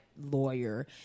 lawyer